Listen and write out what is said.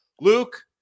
Luke